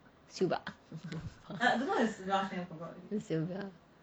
silva